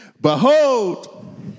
behold